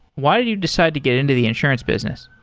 why did you decide to get into the insurance business?